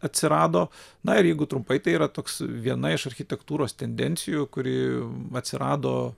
atsirado na ir jeigu trumpai tai yra toks viena iš architektūros tendencijų kuri atsirado